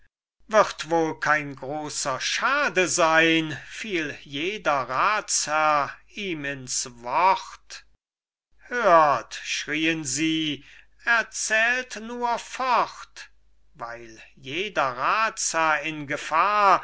wird wohl kein großer schade sein fiel jeder ratsherr ihm ins wort hört schrieen sie erzählt nur fort weil jeder ratsherr in gefahr